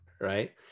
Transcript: right